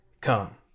come